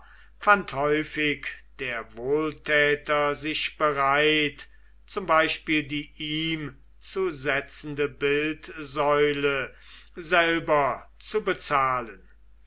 fand häufig der wohltäter sich bereit zum beispiel die ihm zu setzende bildsäule selber zu bezahlen